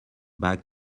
back